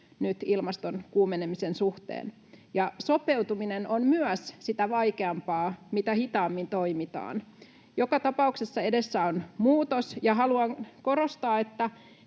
ilmaston kuumenemisen suhteen. Sopeutuminen on myös sitä vaikeampaa, mitä hitaammin toimitaan. Joka tapauksessa edessä on muutos, ja haluan korostaa, että